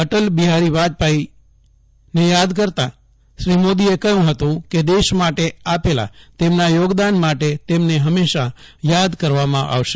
અટલ બિહારી વાજપાઈને યાદ કરીને શ્રી મોદીએ કહયું હતું કે દેશ માટે આપેલા તેમના યોગદાન માટે તેમને હંમેશા યાદ કરવામાં આવશે